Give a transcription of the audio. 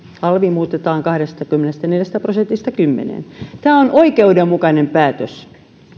alvi muutetaan kahdestakymmenestäneljästä prosentista kymmeneen tämä on oikeudenmukainen päätös